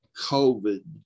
COVID